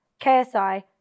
KSI